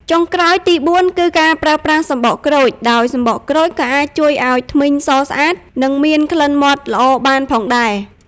ចុងក្រោយទីបួន គឺការប្រើប្រាស់សំបកក្រូច ដោយសំបកក្រូចក៏អាចជួយឲ្យធ្មេញសស្អាត និងមានក្លិនមាត់ល្អបានផងដែរ។